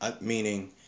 Meaning